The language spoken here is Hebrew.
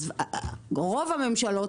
ורוב הממשלות,